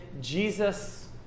Jesus